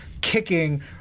kicking